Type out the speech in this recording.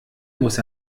muss